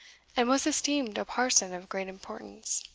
and was esteemed a parson of great importance.